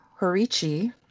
Horichi